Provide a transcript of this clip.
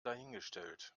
dahingestellt